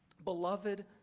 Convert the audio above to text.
Beloved